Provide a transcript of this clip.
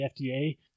FDA